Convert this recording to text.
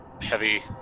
heavy